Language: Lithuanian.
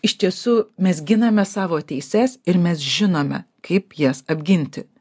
iš tiesų mes giname savo teises ir mes žinome kaip jas apginti